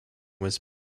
was